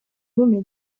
nommé